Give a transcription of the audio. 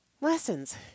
lessons